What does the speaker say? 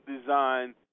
design